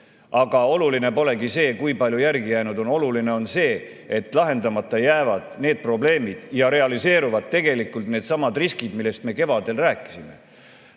Aga oluline polegi see, kui palju järele jäänud on. Oluline on see, et lahendamata jäävad probleemid ja realiseeruvad tegelikult needsamad riskid, millest me kevadel rääkisime.